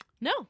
No